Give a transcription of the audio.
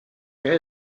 que